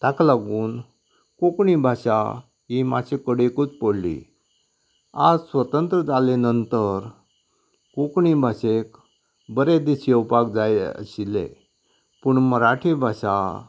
ताका लागून कोंकणी भाशा ही मातशीं कडेकच पडली आयज स्वतंत्र जाले नंतर कोंकणी भाशेक बरें दीस येवपाक जाय आशिल्ले पूण मराठी भाशा